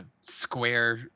Square